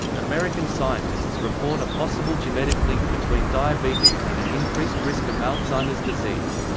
american scientists report a possible genetic link between diabetes and an increased risk of alzheimer's disease.